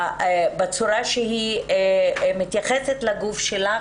בצורה שהיא מתייחסת לגוף שלה,